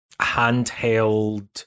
handheld